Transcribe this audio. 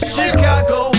Chicago